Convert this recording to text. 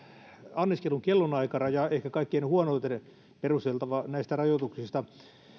anniskelun kellonaikaraja ehkä kaikkein huonoiten perusteltava näistä rajoituksista